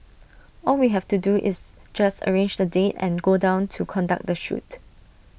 all we have to do is just arrange the date and go down to conduct the shoot